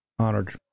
honored